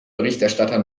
berichterstatter